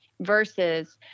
versus